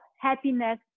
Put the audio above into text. happiness